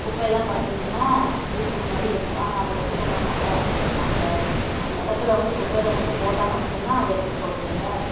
குப்பையெலாம் பார்த்தீங்கனா வீட்டு முன்னாடி இருக்கும் ஆனால் அவங்க எடுக்கமாட்டாங்க அந்த அந்த இடத்துல வந்து குப்பையில் கொண்டு போட்டால் மட்டுந்தான் அதை எடுத்து போடுறதுங்க